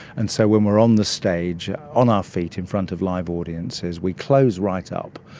and so when we are on the stage on our feet in front of live audiences we close right up.